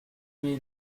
mai